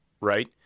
right